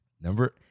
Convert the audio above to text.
number